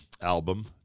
album